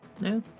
No